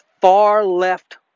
far-left